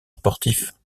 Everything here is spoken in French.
sportif